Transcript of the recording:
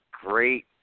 great